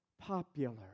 popular